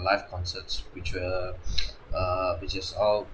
live concerts which were err which is all